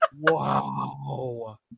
Wow